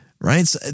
right